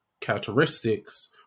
characteristics